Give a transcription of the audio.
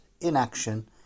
inaction